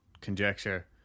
conjecture